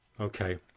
Okay